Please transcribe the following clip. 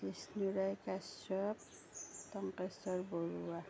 Bishnurai Kashyap Tonkeswar Barua